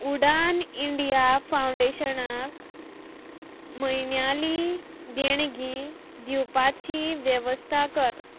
उडान India फावंडेशणाक म्हयन्याली देणगी दिवपाची वेवस्था कर